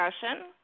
discussion